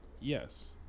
Yes